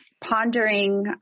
pondering